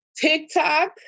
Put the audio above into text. TikTok